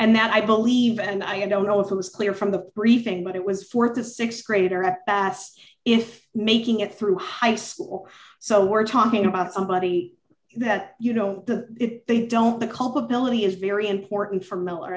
and that i believe and i don't know if it was clear from the briefing but it was four to six grader at best if making it through high school so we're talking about somebody that you know that if they don't the culpability is very important for miller